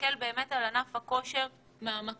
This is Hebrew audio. ולהסתכל באמת על ענף הכושר ממקום